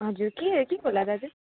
हजुर के के होला दाजु